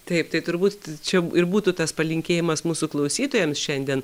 taip tai turbūt čia ir būtų tas palinkėjimas mūsų klausytojams šiandien